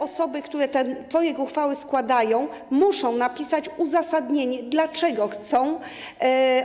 Osoby, które ten projekt uchwały składają, muszą napisać uzasadnienie, napisać, dlaczego chcą